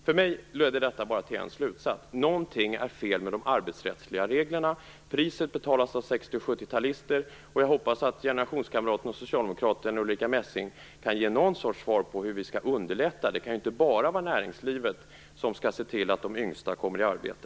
För mig leder detta bara till en slutsats: Något är fel med de arbetsrättsliga reglerna. Priset betalas av 60 och 70-talister. Jag hoppas att generationskamraten och socialdemokraten Ulrica Messing kan ge något slags svar på hur vi kan underlätta för de yngsta. Det kan ju inte bara vara näringslivet som skall se till att de kommer i arbete.